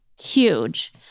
huge